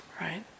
right